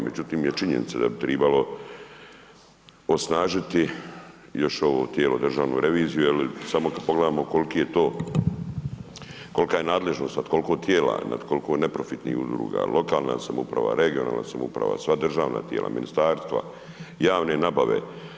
Međutim je činjenica da bi trebalo osnažiti još ovo tijelo državnu reviziju jer samo kada pogledamo koliko je to, kolika je nadležnost nad koliko tijela, nad koliko neprofitnih udruga, lokalna samouprava, regionalna samouprava, sva državna tijela, ministarstva, javne nabave.